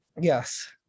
Yes